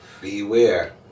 Beware